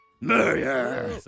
Murder